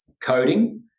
coding